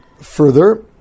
Further